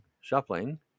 shuffling